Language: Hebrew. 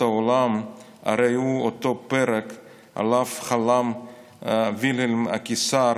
העולם הרי הוא אותו פרק שעליו חלם וילהלם הקיסר,